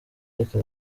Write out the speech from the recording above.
reka